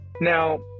Now